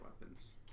weapons